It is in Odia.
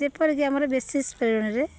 ଯେପରିକି ଆମର ବେଶିଷ ପରିମାଣରେ